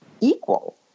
equal